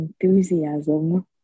enthusiasm